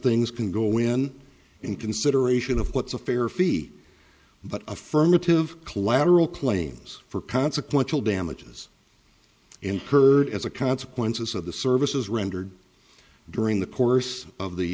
things can go in in consideration of what's a fair fee but affirmative collateral claims for consequential damages incurred as a consequence of the services rendered during the course of the